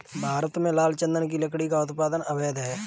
भारत में लाल चंदन की लकड़ी का उत्पादन अवैध है